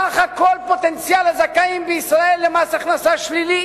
סך כל פוטנציאל הזכאים בישראל למס הכנסה שלילי,